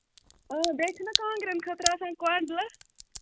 اۭں بیٚیہِ چھُناہ کانٛگٕریٚن خٲطرٕ آسان کۄنٛڈلہٕ